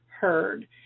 heard